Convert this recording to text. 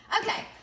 Okay